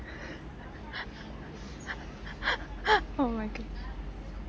oh my god